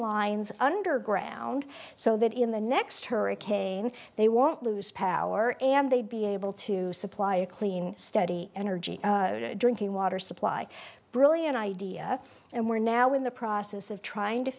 lines underground so that in the next hurricane they won't lose power and they'd be able to supply a clean steady energy drinking water supply brilliant idea and we're now in the process of trying to